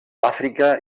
àfrica